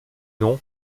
nom